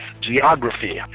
geography